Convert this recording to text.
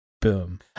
Boom